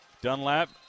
Dunlap